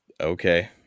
okay